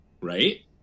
right